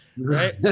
Right